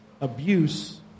abuse